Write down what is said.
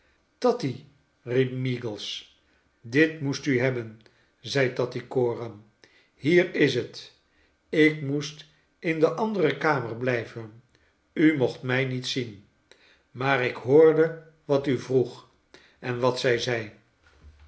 tatty riep meagles dit moest u hebben zei tattycoram hier is het ik moest in de andere kamer blijven u moclit mij niet zien maar ik hoorde wat u vroeg en wat zij zei